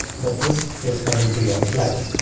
but this is coming to you on platter.